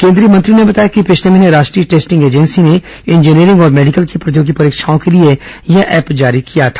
केन्द्रीय मंत्री ने बताया कि पिछले महीने राष्ट्रीय टेस्टिंग एजेंसी ने इंजीनियरिंग और मेडिकल की प्रतियोगी परीक्षाओं के लिए यह ऐप जारी किया था